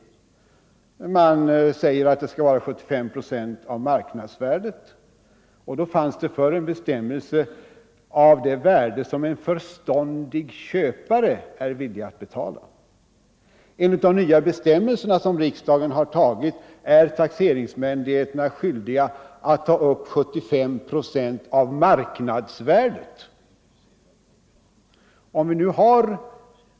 Det fanns en bestämmelse inte om marknadsvärde utan om det värde som en förståndig köpare är villig att betala. Enligt de nya bestämmelserna som riksdagen har beslutat om är taxeringsmyndigheterna skyldiga att ta upp 75 procent av marknadsvärdet.